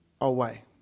away